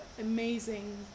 amazing